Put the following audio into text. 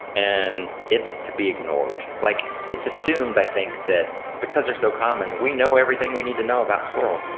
and it's to be ignored. like it's assumed, i think, that because they're so common, we know everything we need to know about squirrels,